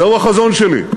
זה החזון שלי.